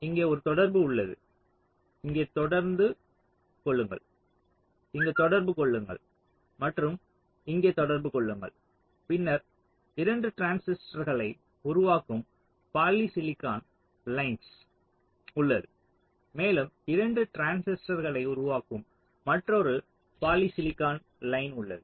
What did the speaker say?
இங்கே ஒரு தொடர்பு உள்ளது இங்கே தொடர்பு கொள்ளுங்கள் இங்கே தொடர்பு கொள்ளுங்கள் மற்றும் இங்கே தொடர்பு கொள்ளுங்கள் பின்னர் 2 டிரான்சிஸ்டர்களை உருவாக்கும் பாலிசிலிகான் லைன்ஸ் உள்ளது மேலும் 2 டிரான்சிஸ்டர்களை உருவாக்கும் மற்றொரு பாலிசிலிகான் லைன் உள்ளது